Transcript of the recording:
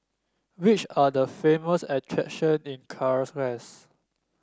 which are the famous attractions in Caracas